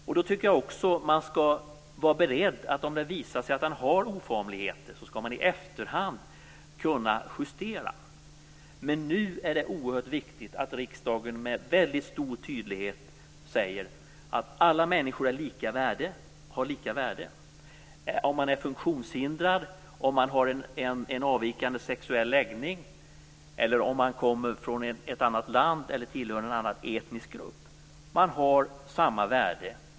Om det visar sig att den har oformligheter tycker jag också att man skall vara beredd att justera i efterhand. Men nu är det oerhört viktigt att riksdagen med väldigt stor tydlighet säger att alla människor har lika värde. Om man är funktionshindrad, om man har en avvikande sexuell läggning eller om man kommer från ett annat land eller tillhör en annan etnisk grupp har man samma värde.